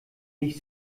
ich